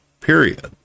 period